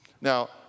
Now